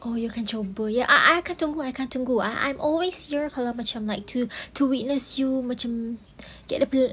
oh you akan cuba ya I I akan tunggu I akan tunggu I'm always here kalau macam like to to witness you macam get a partner